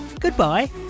goodbye